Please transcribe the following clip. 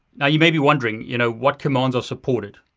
now you may be wondering you know what commands are supported?